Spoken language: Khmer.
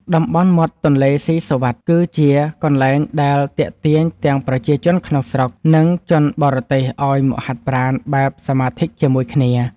តំបន់មាត់ទន្លេស៊ីសុវត្ថិ គឺជាកន្លែងដែលទាក់ទាញទាំងប្រជាជនក្នុងស្រុក និងជនបរទេសឱ្យមកហាត់ប្រាណបែបសមាធិជាមួយគ្នា។